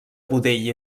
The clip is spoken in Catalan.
budell